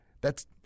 thats